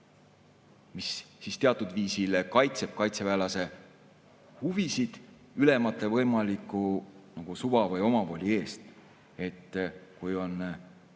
See teatud viisil kaitseb kaitseväelase huvisid ülemate võimaliku suva või omavoli eest. Kui on